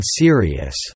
serious